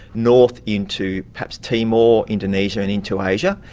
north into perhaps timor, indonesia and into asia,